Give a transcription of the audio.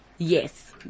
Yes